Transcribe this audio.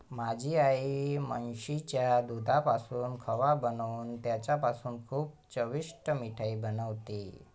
माझी आई म्हशीच्या दुधापासून खवा बनवून त्याच्यापासून खूप चविष्ट मिठाई बनवते